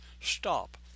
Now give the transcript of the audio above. Stop